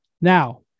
Now